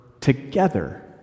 together